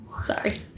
Sorry